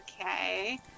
okay